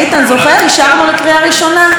פתאום מי הופיעה?